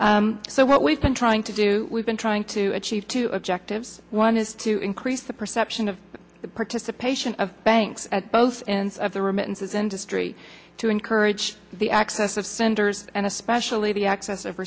so what we've been trying to do we've been trying to achieve two objectives one is to increase the perception of the participation of banks at both ends of the remittances industry to encourage the access offenders and especially the access of